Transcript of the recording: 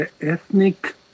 ethnic